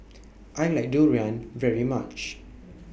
I like Durian very much